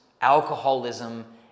alcoholism